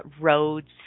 roads